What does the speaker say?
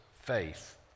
faith